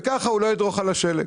וכך הוא לא ידרוך על השלג.